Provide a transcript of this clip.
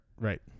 Right